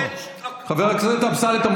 חבר הכנסת אמסלם,